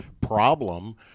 problem